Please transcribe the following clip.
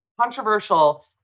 controversial